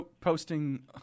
posting